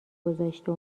گذاشته